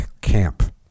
camp